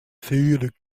cellule